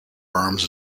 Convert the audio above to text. arms